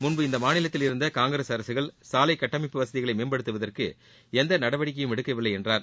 முன்பு இந்த மாநிலத்தில் இருந்த காங்கிரஸ் அரசுகள் சாலை கட்டமைப்பு வசதிகளை மேம்படுத்துவதற்கு எந்த நடவடிக்கையும் எடுக்கவில்லை என்றார்